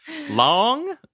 long